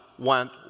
went